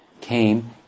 came